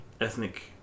ethnic